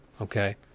Okay